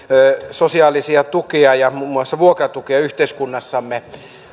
sosiaalisia tukia ja muun muassa vuokratukia yhteiskunnassamme